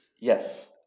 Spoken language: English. Yes